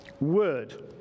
word